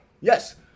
Yes